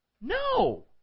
no